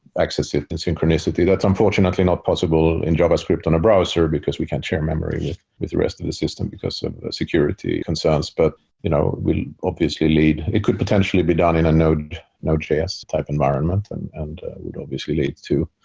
access it in synchronicity that's unfortunately not possible in javascript on a browser, because we can't share memory with the rest of the system, because of the security concerns. but you know will obviously lead it could be done in a node node js type environment and and would obviously lead to